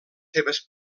seves